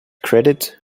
credit